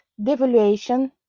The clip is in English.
devaluation